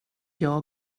jag